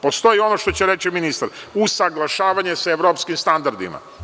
Postoji ono što će reći ministar – usaglašavanje sa evropskim standardima.